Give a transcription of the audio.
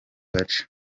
gace